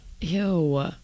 Ew